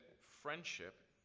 friendship